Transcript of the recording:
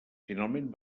finalment